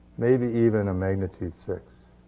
maybe even a magnitude six.